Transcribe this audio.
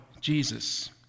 Jesus